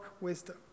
wisdom